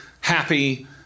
happy